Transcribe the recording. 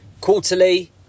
quarterly